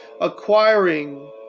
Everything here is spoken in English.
acquiring